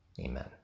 Amen